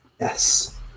Yes